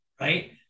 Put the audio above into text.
right